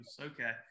okay